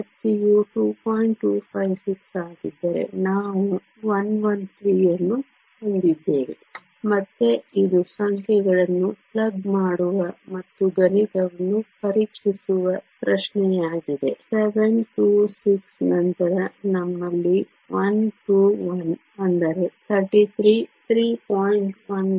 256 ಆಗಿದ್ದರೆ ನಾವು 1 1 3 ಅನ್ನು ಹೊಂದಿದ್ದೇವೆ ಮತ್ತೆ ಇದು ಸಂಖ್ಯೆಗಳನ್ನು ಪ್ಲಗ್ ಮಾಡುವ ಮತ್ತು ಗಣಿತವನ್ನು ಪರೀಕ್ಷಿಸುವ ಪ್ರಶ್ನೆಯಾಗಿದೆ 7 2 6 ನಂತರ ನಮ್ಮಲ್ಲಿ 1 2 1 ಅಂದರೆ 33 3